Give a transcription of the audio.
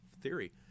theory